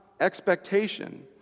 expectation